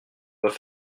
voix